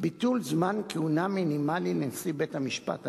לביטול זמן כהונה מינימלי לנשיא בית-המשפט העליון.